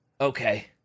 okay